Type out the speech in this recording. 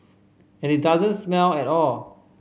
and it doesn't smell at all